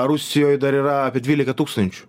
rusijoj dar yra apie dvylika tūkstančių